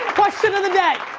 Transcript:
question of the day.